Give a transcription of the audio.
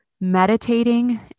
meditating